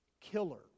killer